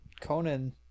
Conan